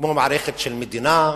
כמו מערכת של מדינה,